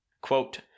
quote